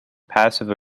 passive